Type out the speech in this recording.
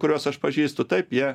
kuriuos aš pažįstu taip jie